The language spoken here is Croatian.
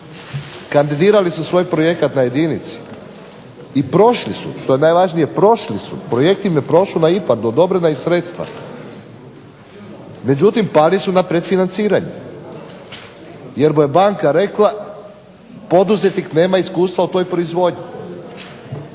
Kandidirali svoj projekat na jedinici i prošli su. Što je najvažnije prošli su. Projekt im je prošao na IPARD-u. Odobrena im sredstva, međutim pali su na predfinanciranju. Jer mu je banka rekla poduzetnik nema iskustva u toj proizvodnji.